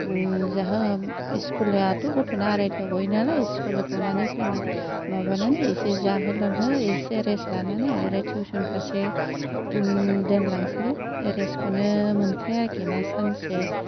स्कुलाथ' गथ'ना आरायथायाव गयो नालाय स्कुल गनानै फैना माबानानै एसे जाहो लोंहो एसे रेस्ट लानानै आरो टिउसन फारसे दोनलांसैलाय रेस्ट खौनो मोनखाया आरोखि ना सानसे